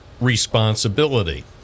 responsibility